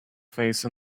face